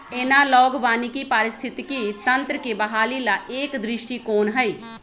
analogue वानिकी पारिस्थितिकी तंत्र के बहाली ला एक दृष्टिकोण हई